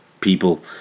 people